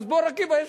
אז באור-עקיבא יש,